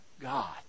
God